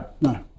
No